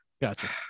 Gotcha